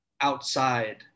outside